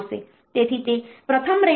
તેથી તે પ્રથમ RAM ચિપની એડ્રેસ શ્રેણી છે